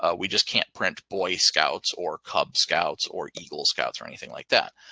ah we just can't print boy scouts or cub scouts or eagle scouts or anything like that.